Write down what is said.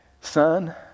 Son